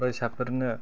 फरायसाफोरनो